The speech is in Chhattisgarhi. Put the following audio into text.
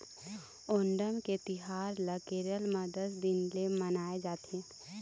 ओणम के तिहार ल केरल म दस दिन ले मनाए जाथे